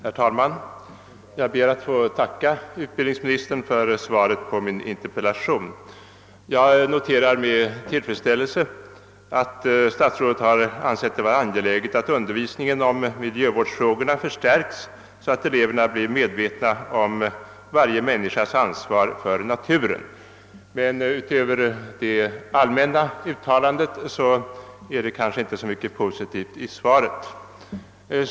Herr talman! Jag ber att få tacka utbildningsministern för svaret på min interpellation. Jag noterar med tillfredsställelse att statsrådet har ansett det vara angeläget att undervisningen om miljövårdsfrågorna förstärks så att eleverna blir medvetna om varje människas ansvar för naturen, men utöver detta allmänna uttalande är det kanske inte så mycket positivt i svaret.